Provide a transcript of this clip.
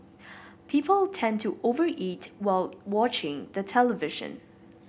people tend to over eat while watching the television